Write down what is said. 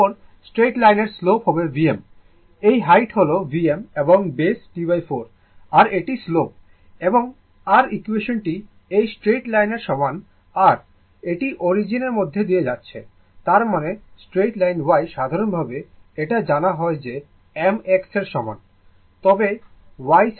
তারপর স্ট্রেইট লাইনের স্লোপ হবে Vm এর হাইট হল Vm এবং বেস T4 আর এটি স্লোপ এবং এর ইকুয়েশনটি এই স্ট্রেইট লাইনের সমান আর এটি অরিজিনের মধ্য দিয়ে যাচ্ছে তার মানে স্ট্রেইট লাইন y সাধারণভাবে এটা জানা হয় যে m x এর সমান তবে y সাইড হল v